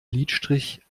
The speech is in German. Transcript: lidstrich